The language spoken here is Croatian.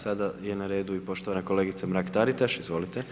Sada je na redu i poštovana kolegica Mrak Taritaš, izvolite.